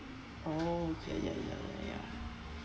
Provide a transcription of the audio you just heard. oh okay ya ya ya ya